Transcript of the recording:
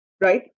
right